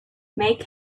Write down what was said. make